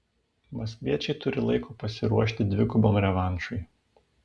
maskviečiai turi laiko pasiruošti dvigubam revanšui